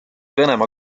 venemaa